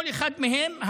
כל אחד מהם,